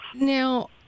now